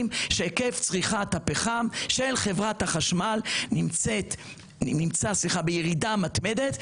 שהיקף צריכת הפחם של חברת החשמל נמצא בירידה מתמדת,